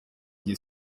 njye